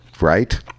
right